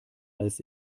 als